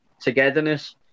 togetherness